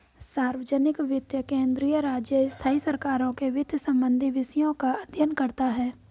सार्वजनिक वित्त केंद्रीय, राज्य, स्थाई सरकारों के वित्त संबंधी विषयों का अध्ययन करता हैं